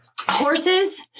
horses